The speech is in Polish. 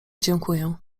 dziękuję